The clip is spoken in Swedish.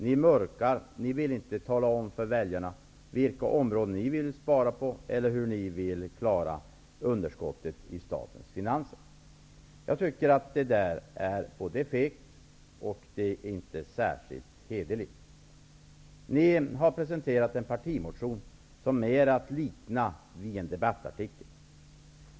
Ni mörkar och vill inte tala om för väljarna på vilka områden ni vill spara eller hur ni vill klara underskottet i statens finanser. Jag tycker att det är både fegt och inte särskilt hederligt. Ni har presenterat en partimotion som mer är att likna vid en debattartikel.